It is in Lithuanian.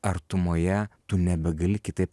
artumoje tu nebegali kitaip